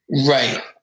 Right